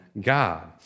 God